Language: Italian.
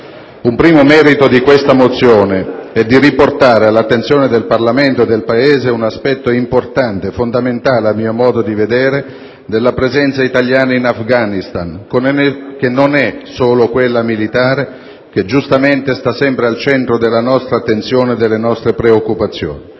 Un primo merito di questa mozione è di riportare all'attenzione del Parlamento e del Paese un aspetto importante - fondamentale, a mio modo di vedere - della presenza italiana in Afghanistan, che non è solo quella militare, che giustamente sta sempre al centro della nostra attenzione e delle nostre preoccupazioni.